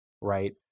Right